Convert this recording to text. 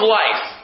life